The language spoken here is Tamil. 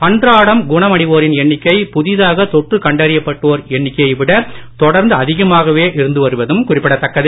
அன்றாடம் குணமடைவோரின் எண்ணிக்கை புதிதாக தொற்று கண்டறியப் படுவோர் எண்ணிக்கையை விட தொடர்ந்து அதிகமாகவே இருந்து வருவதும் குறிப்பிடத்தக்கது